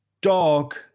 dog